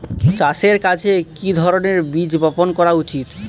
চাষের কাজে কি ধরনের বীজ বপন করা উচিৎ?